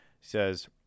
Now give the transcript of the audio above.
says